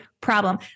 problem